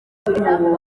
ubungubu